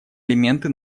элементы